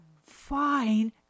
fine